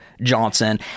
Johnson